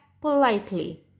politely